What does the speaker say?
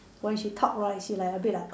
when she talk right she like a bit like